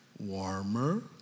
Warmer